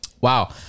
Wow